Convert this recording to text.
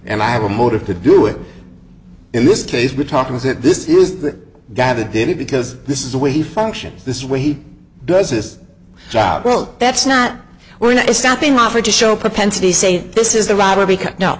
and i have a motive to do it in this case we're talking is it this is the guy that did it because this is the way he functions this way he does his job well that's not we're not stopping offered to show propensity saying this is the